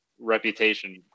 reputation